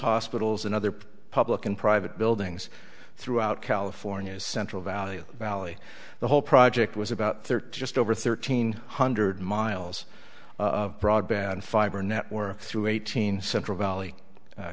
hospitals and other public and private buildings throughout california central valley valley the whole project was about thirty just over thirteen hundred miles of broadband fiber network through eight hundred central valley